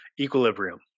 equilibrium